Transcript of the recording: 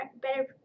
better